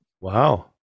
Wow